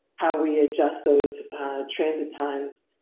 how we adjust those trends and times.